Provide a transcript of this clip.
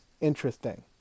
interesting